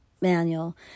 Manual